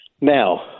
Now